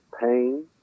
pain